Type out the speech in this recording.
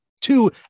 two